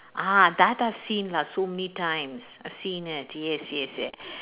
ah that I've seen lah so many times I've seen it yes yes yes